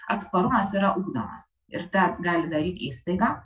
atsparumas yra ugdomas ir tą gali daryt įstaiga